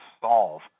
solve